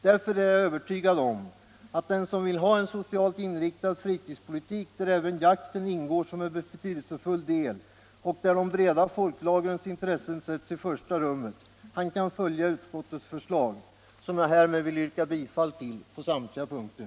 Därför är jag övertygad om att den som vill ha en socialt inriktad fritidspolitik, där även jakten ingår som en betydelsefull del och där de breda folklagrens intressen sätts i första rummet, kan följa utskottets förslag, som jag härmed vill yrka bifall till på samtliga punkter.